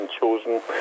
chosen